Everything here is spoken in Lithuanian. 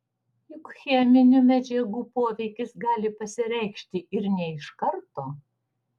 juk cheminių medžiagų poveikis gali pasireikšti ir ne iš karto